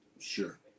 sure